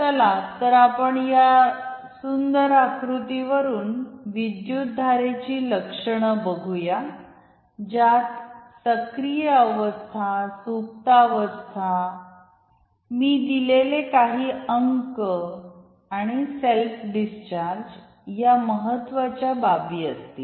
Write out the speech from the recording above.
चला तर आपण या सुंदर आकृती वरून विद्युतधारेची लक्षण बघूया ज्यात सक्रिय अवस्था सुप्तावस्था मी दिलेले काही अंक आणि सेल्फ डिस्चार्ज या महत्त्वाच्या बाबी असतील